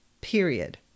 period